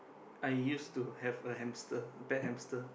I use to have a hamster pet hamster